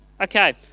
okay